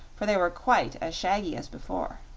for they were quite as shaggy as before.